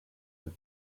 with